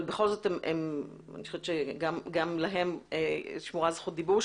בכל זאת אני חושבת שכם להם שמורה זכות דיבור.